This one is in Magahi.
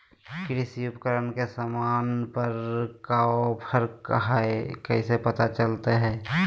कृषि उपकरण के सामान पर का ऑफर हाय कैसे पता चलता हय?